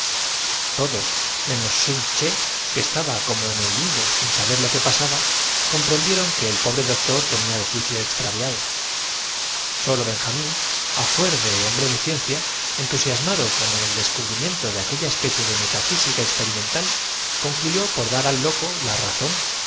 todos menos sun ché que estaba como en el limbo maldición ya dí con la clave del enigma ya sin saber lo que pasaba comprendieron que el pobre comprendo cómo sun ché puede ser mi difunta ma doctor tenía el juicio extraviado sólo benjamín á merta fuer de hombre de ciencia entusiasmado con el des ó l cubrimiento de aquella especie de metafísica experi pues bien pereceremos todos es preciso acabar mental concluyó por dar al loco la razón